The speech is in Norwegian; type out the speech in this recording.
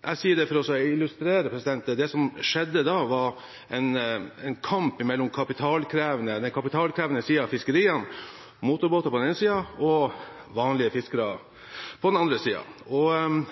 Jeg sier det for å illustrere, for det som skjedde da, var en kamp mellom den kapitalkrevende siden av fiskeriene – motorbåter – på den ene siden og vanlige fiskere på den andre